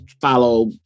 follow